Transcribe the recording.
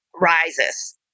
rises